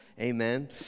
amen